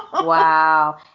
Wow